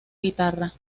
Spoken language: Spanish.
guitarra